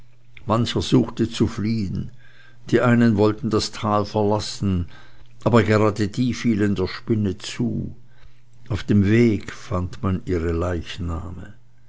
mancher suchte zu fliehen die einen wollten das tal verlassen aber gerade die fielen der spinne zu auf dem wege fand man ihre leichname